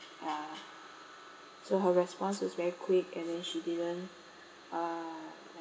ya so her response was very quick and then she didn't uh like